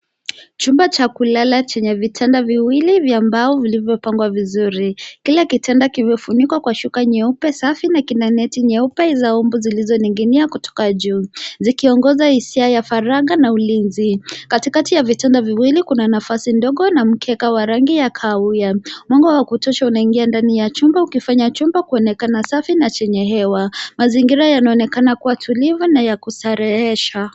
Chumba cha kulala chenye vitanda viwili vya mbao vilivyopangwa vizuri. Kila kitanda kimefunikwa kwa shuka nyeupe safi na kina neti nyeupe za mbu zilizoning'inia kutoka juu zikiongoza hisia ya faraga na ulinzi. Katikati ya vitanda viwili kuna nafasi ndogo na mkeka wa rangi ya kahawia. Mwanga wa kutosha unaingia ndani ya chumba ukifanya chumba kuonekana safi na chenye hewa. Mazingira yanaonekana kuwa tulivu na ya kistarehesha.